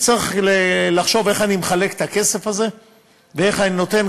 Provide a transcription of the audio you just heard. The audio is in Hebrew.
ואני צריך לחשוב איך אני מחלק את הכסף הזה ואיך אני נותן.